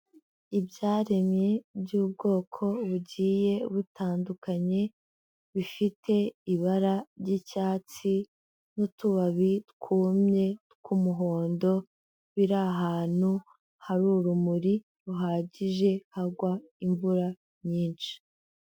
Ibyaremwe by'ubwoko bugiye butandukanye, bifite ibara ry'icyatsi n'utubabi twumye tw'umuhondo, biri ahantu hari urumuri ruhagije, hagwa imvura nyinshi.